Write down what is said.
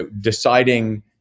Deciding